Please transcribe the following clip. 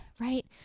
right